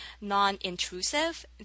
non-intrusive